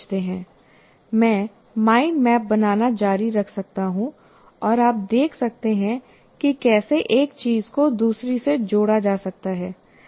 मैं mind map बनाना जारी रख सकता हूं और आप देख सकते हैं कि कैसे एक चीज को दूसरी से जोड़ा जा सकता है